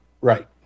Right